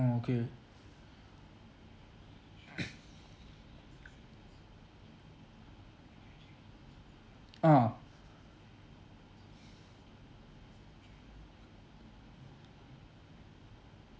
mm okay ah